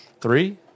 Three